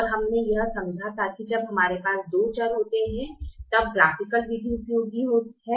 और हमने यह समझा था कि जब हमारे पास दो चर होते हैं तब ग्राफिकल विधि उपयोगी है